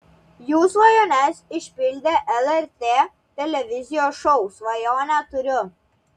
jų svajones išpildė lrt televizijos šou svajonę turiu